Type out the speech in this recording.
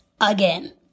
again